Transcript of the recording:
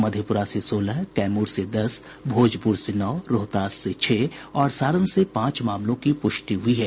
मधेप्रा से सोलह कैमूर से दस भोजपुर से नौ रोहतास से छह और सारण से पांच मामलों की पुष्टि हुई है